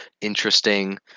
interesting